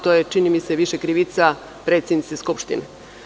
To je, čini mi se, više krivica predsednice Skupštine.